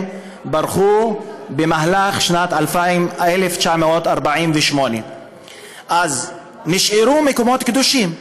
ברחו במהלך שנת 1948. אז נשארו מקומות קדושים: